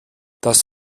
das